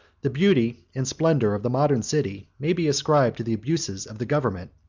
the beauty and splendor of the modern city may be ascribed to the abuses of the government,